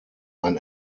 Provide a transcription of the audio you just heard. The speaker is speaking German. ein